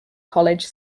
college